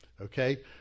okay